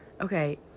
Okay